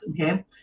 okay